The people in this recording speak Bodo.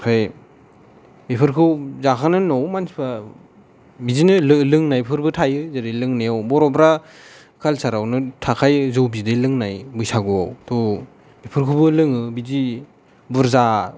ओमफ्राय बेफोरखौ जाखांनायनि उनाव मानथिफ्रा बिदिनो लो लों लोंनायफोरबो थायो जेरै लोंनायाव बर'फ्रा कालसारआवनो थाखायो जौ बिदै लोंनाय बैसागुआवथ' बेफोरखौबो लोङो बिदि बुरजा